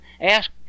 Ask